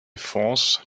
fonds